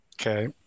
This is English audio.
Okay